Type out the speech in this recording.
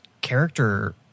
character